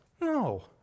no